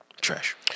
Trash